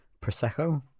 Prosecco